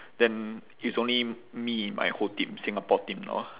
then it's only me and my whole team singapore team now